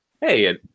Hey